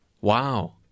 Wow